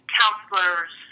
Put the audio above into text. counselors